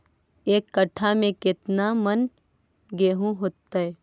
एक कट्ठा में केतना मन गेहूं होतै?